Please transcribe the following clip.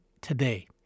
today